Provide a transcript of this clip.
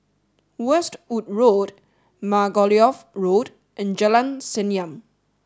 Westwood Road Margoliouth Road and Jalan Senyum